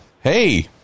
hey